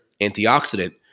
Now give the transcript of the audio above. antioxidant